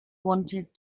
wanted